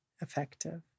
effective